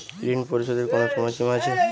ঋণ পরিশোধের কোনো সময় সীমা আছে?